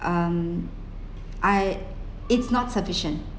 um I it's not sufficient